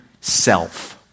self